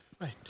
Right